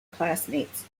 classmates